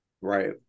Right